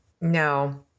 No